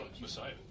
Messiah